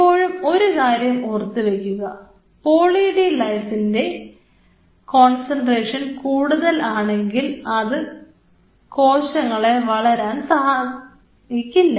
എപ്പോഴും ഒരു കാര്യം ഓർത്തു വയ്ക്കുക പോളി ഡി ലൈസിന്റെ കോൺസെൻട്രേഷൻ കൂടുതൽ ആണെങ്കിൽ അത് കോശങ്ങളെ വളരാൻ സഹായിക്കില്ല